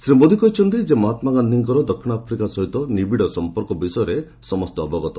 ଶ୍ରୀ ମୋଦି କହିଛନ୍ତି ଯେ ମହାତ୍ମା ଗାନ୍ଧୀଙ୍କର ଦକ୍ଷିଣ ଆଫ୍ରିକା ସହ ନିବିଡ଼ ସଂପର୍କ ବିଷୟରେ ସମସ୍ତେ ଅବଗତ